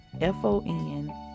F-O-N